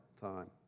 time